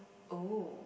oh